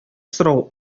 сорау